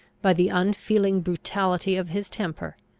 by the unfeeling brutality of his temper,